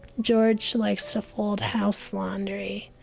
george likes to fold house laundry.